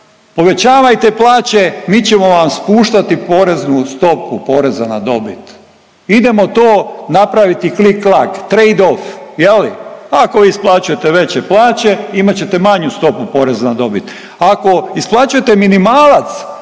povećavajte plaće, mi ćemo vam spuštati poreznu stopu poreza na dobit idemo to napraviti klik-klak trade off je li, ako vi isplaćujete veće plaće imat ćete manju stopu poreza na dobit, ako isplaćujte minimalac,